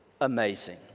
amazing